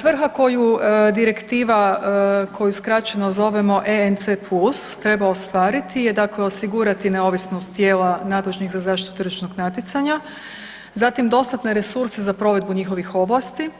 Svrha koju direktiva koju skraćeno zovemo ECN+ treba ostvariti dakle osigurati neovisnost tijela nadležnih za zaštitu tržišnog natjecanja, zatim dostatne resurse za provedbu njihovih ovlasti,